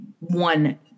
one